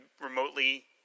remotely